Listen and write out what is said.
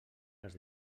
les